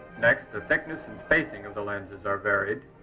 next, the thickness and spacing of the lenses are varied,